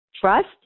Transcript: Trust